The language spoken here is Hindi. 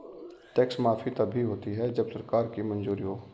टैक्स माफी तभी होती है जब सरकार की मंजूरी हो